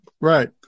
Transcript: Right